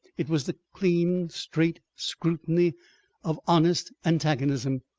it was the clean, straight scrutiny of honest antagonism.